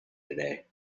today